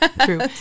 true